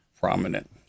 prominent